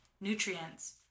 nutrients